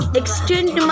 extend